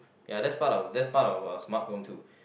ya that's part of that's part of uh smart home too